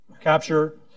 Capture